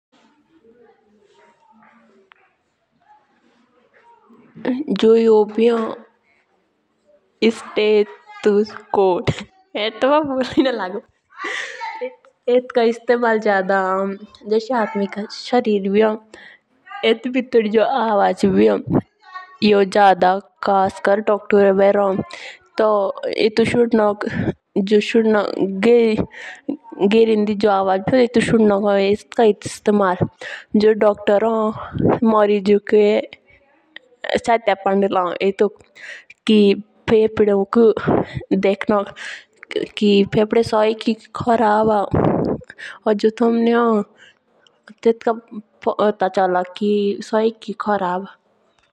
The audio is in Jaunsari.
जो यो भी होन इस्पेटस कोट एटका इस्तेमल जादा ऑन. जिस आदमी का शरीर भी हो, वह भी हो, जो अवाज भी हो। यो जदा खश कोर डॉक्टरुन बेर ऑनर। तो एटुक सन नोक घेरिन दी जो अवजो भी होन टेटुक सनोक होन एटुका इस्तेमाल। जो डॉक्टर हों मैरीजोन के चटिया पंडो लाऊं।